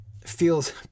feels